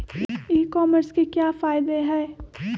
ई commerce के क्या फायदे हैं?